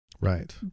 Right